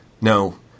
No